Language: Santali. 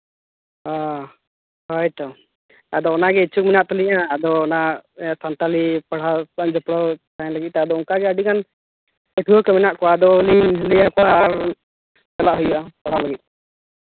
ᱦᱮᱸ ᱦᱳᱭ ᱛᱚ ᱟᱫᱚ ᱚᱱᱟᱜᱮ ᱤᱪᱪᱷᱟᱹ ᱢᱮᱱᱟᱜ ᱛᱟᱹᱞᱤᱧᱟ ᱟᱫᱚ ᱚᱱᱟ ᱥᱟᱱᱛᱟᱞᱤ ᱯᱟᱲᱦᱟᱣ ᱟᱫᱚ ᱚᱱᱠᱟᱜᱮ ᱟᱹᱰᱤᱜᱟᱱ ᱯᱟᱹᱴᱷᱩᱣᱟᱹ ᱠᱚ ᱢᱮᱱᱟᱜ ᱠᱚᱣᱟ ᱟᱫᱚ ᱩᱱᱤᱧ ᱞᱟᱹᱭ ᱟᱠᱚᱣᱟ ᱟᱨ ᱪᱟᱞᱟᱜ ᱦᱩᱭᱩᱜᱼᱟ ᱚᱱᱟ ᱞᱟᱹᱜᱤᱫ